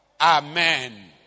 Amen